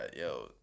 Yo